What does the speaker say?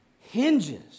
hinges